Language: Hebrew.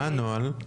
מה הנוהל?